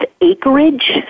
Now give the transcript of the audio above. acreage